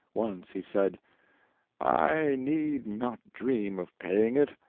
once he said i need not dream of paying it.